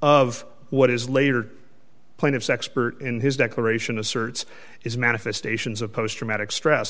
of what is later plaintiff's expert in his declaration asserts is manifestations of post traumatic stress